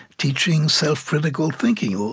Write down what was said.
teaching self-critical thinking,